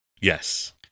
yes